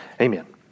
Amen